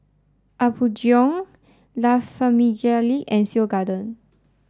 Apgujeong La Famiglia and Seoul Garden